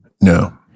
No